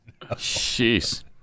Jeez